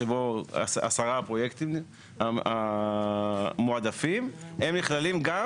שבו עשרה פרויקטים המועדפים הם נכללים גם